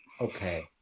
Okay